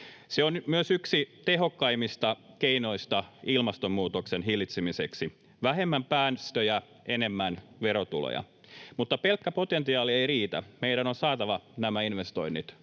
Se on myös yksi tehokkaimmista keinoista ilmastonmuutoksen hillitsemiseksi. Vähemmän päästöjä, enemmän verotuloja. Mutta pelkkä potentiaali ei riitä. Meidän on saatava nämä investoinnit